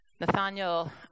Nathaniel